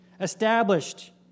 established